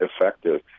effective